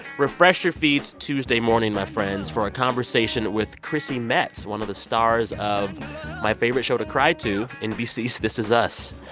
refresh your feeds tuesday morning, my friends, for a conversation with chrissy metz, one of the stars of my favorite show to cry to, nbc's this is us.